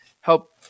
help